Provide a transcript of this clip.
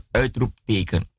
uitroepteken